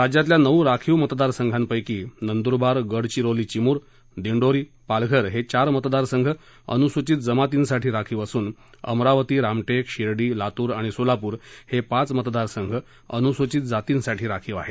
राज्यातल्या नऊ राखीव मतदारसंघांपैकी नंद्रबार गडचिरोली चिम्र दिंडोरी पालघर हे चार मतदारसंघ अनुसूचित जमातींसाठी राखीव असून अमरावती रामटेक शिर्डी लातूर आणि सोलापूर हे पाच मतदारसंघ अनुसूचित जातींसाठी राखीव आहेत